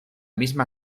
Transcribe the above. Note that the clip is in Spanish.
misma